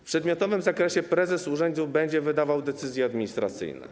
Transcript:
W przedmiotowym zakresie prezes urzędu będzie wydawał decyzje administracyjne.